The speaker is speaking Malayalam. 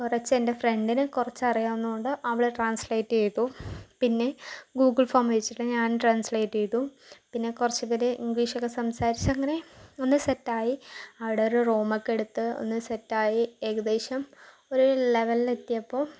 കുറച്ച് എൻ്റെ ഫ്രണ്ടിന് കുറച്ചറിയാവുന്ന കൊണ്ട് അവള് ട്രാൻസ്ലേറ്റ് ചെയ്തു പിന്നെ ഗൂഗിൾ ഫോം വച്ചിട്ട് ഞാനും ട്രാൻസ്ലേറ്റ് ചെയ്തു പിന്നെ കുറച്ച് പേര് ഇംഗ്ളീഷൊക്കെ സംസാരിച്ചങ്ങനെ ഒന്ന് സെറ്റായി അവിടെ ഒരു റൂമൊക്കെ എടുത്ത് ഒന്ന് സെറ്റായി ഏകദേശം ഒര് ലെവലിലെത്തിയപ്പോൾ